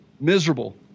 Miserable